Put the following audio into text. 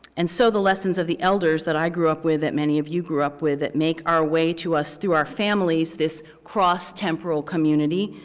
and so the lessons of the elders that i grew up with, that many of you grew up with, that make our way to us through our families, this cross temporal community,